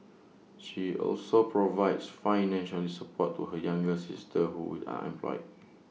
she also provides financial support to her younger sister who is unemployed